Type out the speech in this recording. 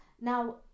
Now